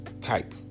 Type